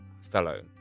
fellow